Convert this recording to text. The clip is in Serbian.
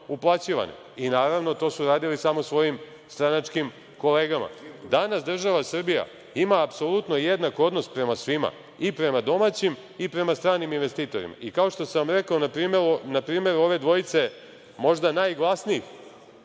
uplaćivane i naravno, to su radili samo svojim stranačkim kolegama. Danas država Srbija ima apsolutno jednak odnos prema svima i prema domaćim i prema stranim investitorima. I, kao što sam rekao na primeru ove dvojice, možda najglasnijih